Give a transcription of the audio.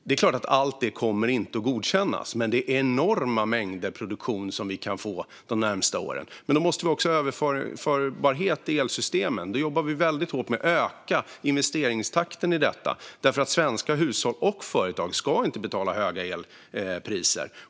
Det är klart att inte allt det kommer att godkännas, men vi kan få enorma mängder produktion de närmaste åren. Då måste vi också ha överförbarhet i elsystemen. Här jobbar vi väldigt hårt med att öka investeringstakten. Svenska hushåll och företag ska inte betala höga elpriser.